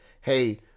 hey